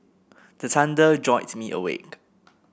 the thunder jolt me awake